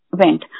went